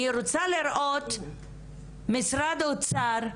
אני רוצה לראות משרד האוצר,